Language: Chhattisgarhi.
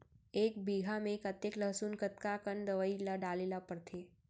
एक बीघा में कतेक लहसुन कतका कन दवई ल डाले ल पड़थे?